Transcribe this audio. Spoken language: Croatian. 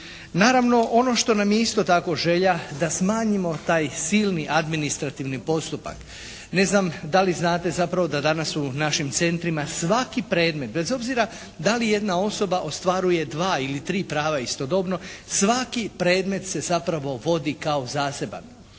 Naravno ono što nam je isto tako želja da smanjimo taj silni administrativni postupak. Ne znam da li znate zapravo da danas u našim centrima svaki predmet, bez obzira da li jedna osoba ostvaruje dva ili tri prava istodobno, svaki predmet se zapravo vodi kao zaseban.